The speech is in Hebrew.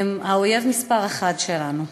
הן האויב מספר אחת שלנו.